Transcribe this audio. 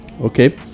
Okay